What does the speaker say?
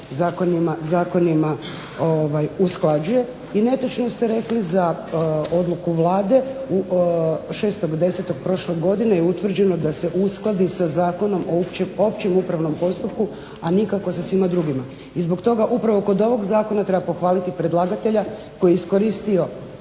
zakonima usklađuje. I netočno ste rekli za odluku Vlade 6.10. prošle godine je utvrđeno da se uskladi sa Zakonom o općem upravnom postupku, a nikako sa svima drugima, i zbog toga upravo kod ovog zakona treba pohvaliti predlagatelja koji je iskoristio